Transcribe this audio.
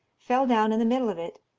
fell down in the middle of it,